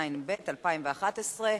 התשע"ב 2011,